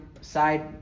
side